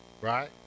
right